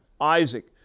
Isaac